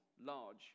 large